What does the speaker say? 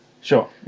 sure